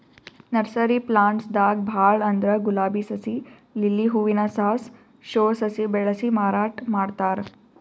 nursery plants ದಾಗ್ ಭಾಳ್ ಅಂದ್ರ ಗುಲಾಬಿ ಸಸಿ, ಲಿಲ್ಲಿ ಹೂವಿನ ಸಾಸ್, ಶೋ ಸಸಿ ಬೆಳಸಿ ಮಾರಾಟ್ ಮಾಡ್ತಾರ್